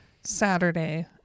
Saturday